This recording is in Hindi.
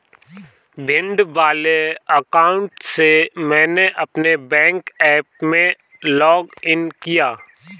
भिंड वाले अकाउंट से मैंने अपने बैंक ऐप में लॉग इन किया